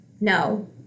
No